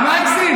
במה הגזים?